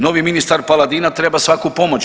Novi ministar Paladina treba svaku pomoć.